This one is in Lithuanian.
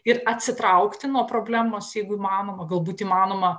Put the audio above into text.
ir atsitraukti nuo problemos jeigu įmanoma galbūt įmanoma